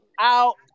out